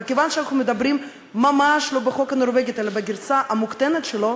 אבל מכיוון שאנחנו מדברים ממש לא בחוק הנורבגי אלא בגרסה המוקטנת שלו,